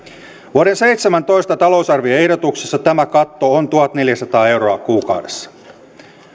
vuoden seitsemäntoista talousarvioehdotuksessa tämä katto on tuhatneljäsataa euroa kuukaudessa